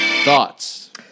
thoughts